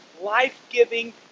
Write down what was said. life-giving